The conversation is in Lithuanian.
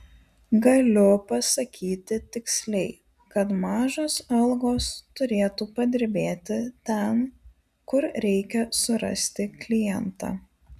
galiu pasakyti tiksliai kad mažos algos turėtų padirbėti ten kur reikia surasti klientą